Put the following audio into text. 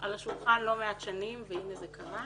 על השולחן לא מעט שנים והנה זה קרה.